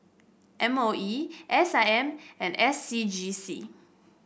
M O E S I M and S C G C